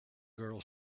girl